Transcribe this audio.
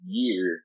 year